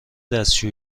دستشو